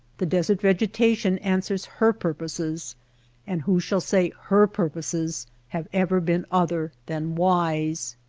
the desert vegetation answers her purposes and who shall say her purposes have ever been other than wise?